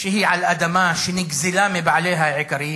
שהיא על אדמה שנגזלה מבעליה העיקריים,